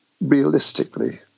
realistically